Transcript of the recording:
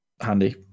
handy